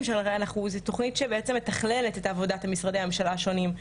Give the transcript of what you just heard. שהרי זאת תוכנית שמתכללת את עבודת משרדי הממשלה השונים.